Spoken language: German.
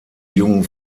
jungen